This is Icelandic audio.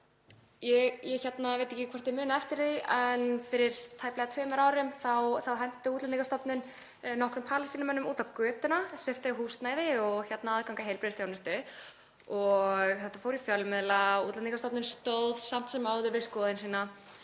Ég veit ekki hvort þið munið eftir því en fyrir tæplega tveimur árum henti Útlendingastofnun nokkrum Palestínumönnum út á götuna og svipti þá húsnæði og aðgangi að heilbrigðisþjónustu. Þetta fór í fjölmiðla en Útlendingastofnun stóð samt sem áður við skoðun sína.